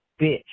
bitch